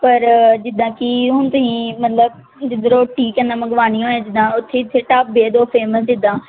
ਪਰ ਜਿੱਦਾਂ ਕਿ ਹੁਣ ਤੁਸੀਂ ਮਤਲਬ ਜਿੱਦਾਂ ਰੋਟੀ ਕਿਸੇ ਨੇ ਮੰਗਵਾਉਣੀ ਹੋਏ ਜਿੱਦਾਂ ਉੱਥੇ ਇੱਥੇ ਢਾਬੇ ਦੋ ਫੇਮਸ ਇੱਦਾਂ